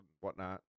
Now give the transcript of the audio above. whatnot